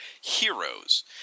heroes